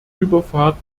überfahrt